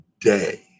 day